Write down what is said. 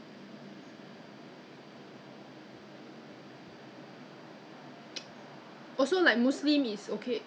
ya so I don't care lah I mean whatever but but now I still I still continue to use the alcoholic err hand sanitizers but then